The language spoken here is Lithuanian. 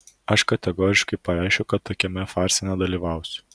aš kategoriškai pareiškiu kad tokiame farse nedalyvausiu